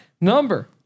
number